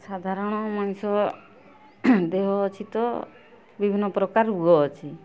ସାଧାରଣ ମଣିଷ ଦେହ ଅଛି ତ ବିଭିନ୍ନ ପ୍ରକାର ରୋଗ ଅଛି